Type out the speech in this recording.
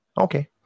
Okay